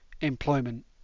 employment